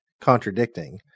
contradicting